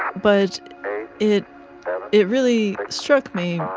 but it it really struck me,